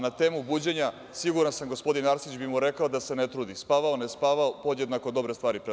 Na temu buđenja, siguran sam, gospodin Arsić, bi mu rekao da se ne trudi, spavao, ne spavao podjednako dobre stvari predlaže.